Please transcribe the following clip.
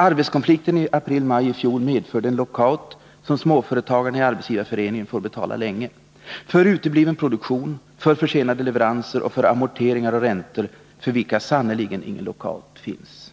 Arbetskonflikten i april-maj i fjol medförde en lockout som småföretagarna i Arbetsgivareföreningen får betala länge — för utebliven produktion, för försenade leveranser och för amorteringar och räntor, för vilka sannerligen ingen lockout finns.